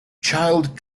child